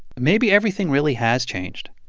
maybe everything really has changed.